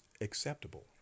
acceptable